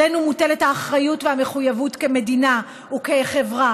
עלינו מוטלת האחריות והמחויבות כמדינה וכחברה